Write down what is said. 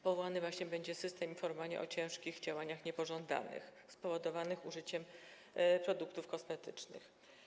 Powołany właśnie będzie system informowania o ciężkich działaniach niepożądanych spowodowanych użyciem produktów kosmetycznych.